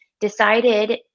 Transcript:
decided